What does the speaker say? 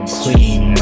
clean